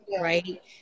right